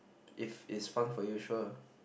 if it's fun for you sure